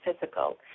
physical